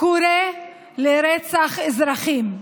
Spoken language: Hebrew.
לרצח אזרחים.